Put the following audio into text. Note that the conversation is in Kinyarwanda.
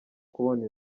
kubona